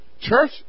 Church